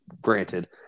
granted